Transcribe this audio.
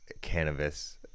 cannabis